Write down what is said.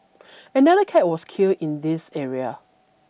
another cat was killed in this area